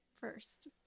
first